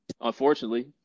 Unfortunately